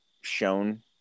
shown